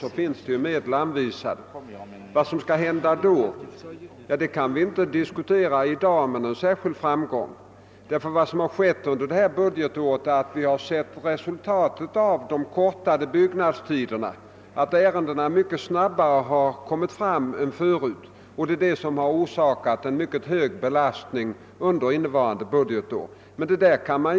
Vad som sedan kommer att hända under det nya budgetåret kan vi inte med någon framgång diskutera i dag. Men vad som hänt under innevarande budgetår är att de korta byggnadstiderna resulterat i att ärendena har kommit fram mycket snabbare än förut. Detta har orsakat en mycket hög belastning på bostadslånefonden under detta budgetår.